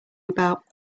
about